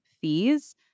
fees